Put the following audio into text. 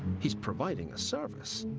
he's providing a service,